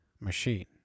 machine